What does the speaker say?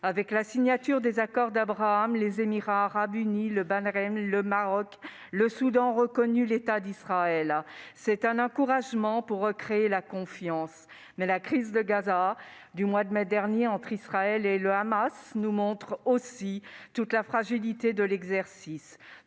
Avec la signature des « accords d'Abraham », les Émirats arabes unis, le Bahreïn, le Maroc et le Soudan ont reconnu l'État d'Israël. C'est un encouragement pour recréer la confiance. Mais la crise de Gaza du mois de mai dernier entre Israël et le Hamas nous montre aussi toute la fragilité de l'exercice.